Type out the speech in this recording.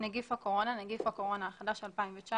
"נגיף הקורונה" נגיף הקורונה החדש 2019